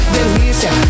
Delícia